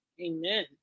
Amen